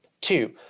Two